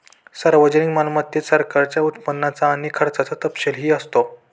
सार्वजनिक मालमत्तेत सरकारच्या उत्पन्नाचा आणि खर्चाचा तपशीलही असतो